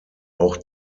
auch